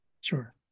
sure